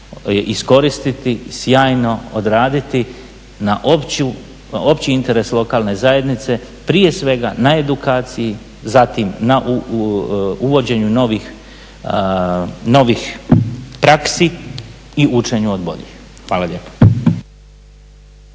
iskoristiti, sjajno odraditi na opći interes lokalne zajednice, prije svega na edukaciji zatim na uvođenju novih praksi i učenju od boljih. Hvala lijepo.